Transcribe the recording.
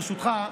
ברשותך.